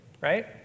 Right